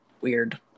weird